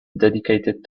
dedicated